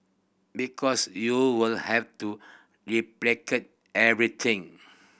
because you would have to replicate everything